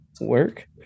work